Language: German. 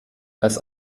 als